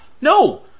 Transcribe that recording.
No